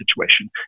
situation